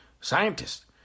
scientist